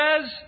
says